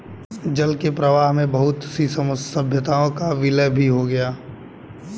जल के प्रवाह में बहुत सी सभ्यताओं का विलय भी हो गया